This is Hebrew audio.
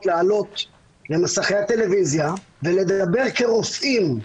לעלות למסכי הטלוויזיה ולדבר כרופאים,